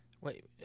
Wait